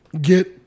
get